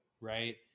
right